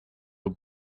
were